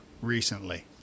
recently